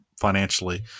financially